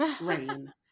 Rain